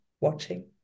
watching